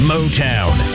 Motown